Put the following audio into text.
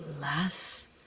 last